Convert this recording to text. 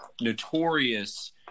notorious